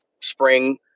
spring